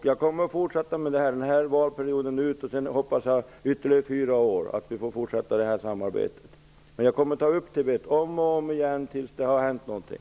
Jag kommer att fortsätta att arbeta med frågan den här valperioden ut, och jag hoppas att vi får fortsätta detta samarbete ytterligare fyra år. Jag kommer att ta upp frågan om Tibet om och om igen tills det händer någonting.